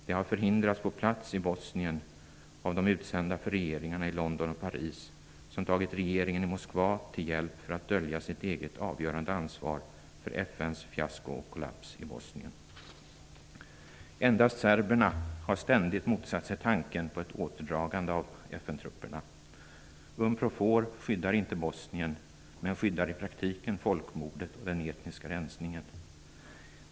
Det har förhindrats på plats i Bosnien av de utsända för regeringarna i London och Paris, som tagit regeringen i Moskva till hjälp för att dölja sitt eget avgörande ansvar för FN:s fiasko och kollaps i Bosnien. Endast serberna har ständigt motsatt sig tanken på ett återdragande av FN-trupperna. UNPROFOR skyddar inte Bosnien, men skyddar i praktiken folkmordet och den etniska rensningen.